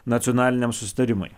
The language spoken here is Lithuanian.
nacionaliniam susitarimui